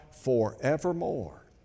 forevermore